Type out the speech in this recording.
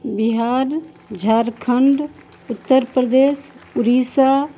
Bihar Jharkhand Uttar Pradesh Orissa